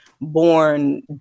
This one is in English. born